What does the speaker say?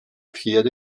pierre